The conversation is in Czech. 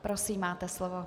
Prosím, máte slovo.